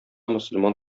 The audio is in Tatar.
мөселман